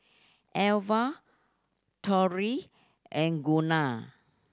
Alva Torrey and Gunnar